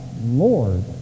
Lord